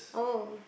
oh